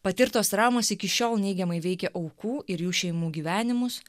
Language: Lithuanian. patirtos traumos iki šiol neigiamai veikia aukų ir jų šeimų gyvenimus